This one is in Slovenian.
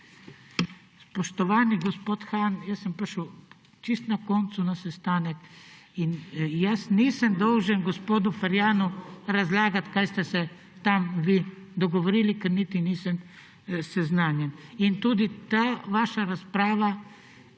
Spoštovani gospod Han, jaz sem prišel čisto na koncu na sestanek in jaz nisem dolžan gospodu Ferjanu razlagati, kaj ste se tam vi dogovorili, ker niti nisem seznanjen. Tudi ta vaša razprava